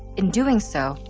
in doing so,